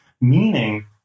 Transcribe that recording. Meaning